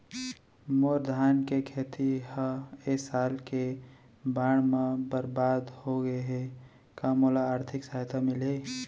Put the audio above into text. मोर धान के खेती ह ए साल के बाढ़ म बरबाद हो गे हे का मोला आर्थिक सहायता मिलही?